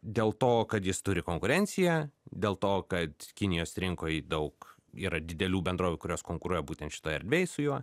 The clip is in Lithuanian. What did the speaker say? dėl to kad jis turi konkurenciją dėl to kad kinijos rinkoj daug yra didelių bendrovių kurios konkuruoja būtent šitoj erdvėj su juo